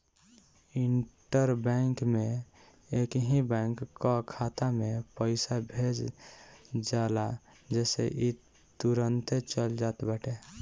inter bank में एकही bank कअ खाता में पईसा भेज जाला जेसे इ तुरंते चल जात बाटे